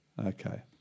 Okay